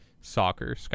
soccer